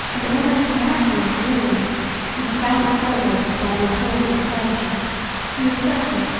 and almost miraculous, deliverance was devoutly celebrated by the applause of the clergy who asserted,